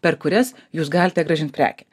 per kurias jūs galite grąžint prekę